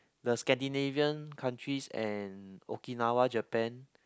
the Scandinavian countries and Okinawa Japan